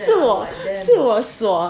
是我是我所